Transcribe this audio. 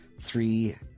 three